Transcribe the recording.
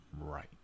right